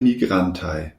migrantaj